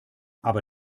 aber